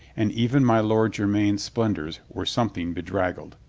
and even my lord jermyn's splendors were something bedraggled.